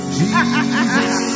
Jesus